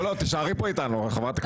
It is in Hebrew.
לא, תישארי פה איתנו, חברת הכנסת גוטליב.